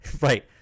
right